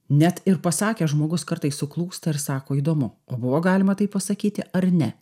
net ir pasakęs žmogus kartais suklūsta ir sako įdomu o buvo galima taip pasakyti ar ne